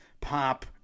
pop